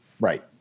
right